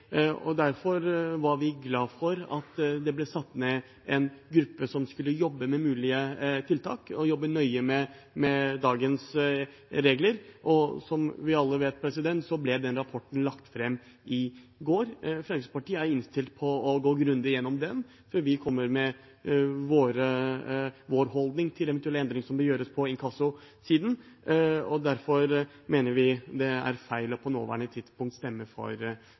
Derfor var vi glad for at det ble satt ned en gruppe som skulle jobbe med mulige tiltak og jobbe nøye med dagens regler. Som vi alle vet, ble den rapporten lagt fram i går. Fremskrittspartiet er innstilt på å gå grundig igjennom den før vi kommer med vår holdning til eventuell endring som bør gjøres på inkassosiden. Derfor mener vi det er feil på nåværende tidspunkt å stemme for